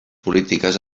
polítiques